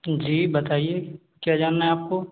जी बताइए क्या जानना है आपको